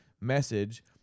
message